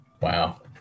Wow